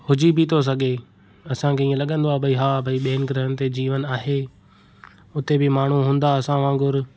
हुजी बि थो सघे असां खे इएं लॻंदो आहे भई हा ॿियनि ग्रहनि ते जीवन आहे हुते बि माण्हू हूंदा असां वांगुरु